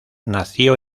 nació